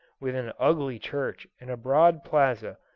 with an ugly church and a broad plaza,